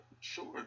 sure